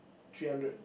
three hundred